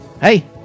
Hey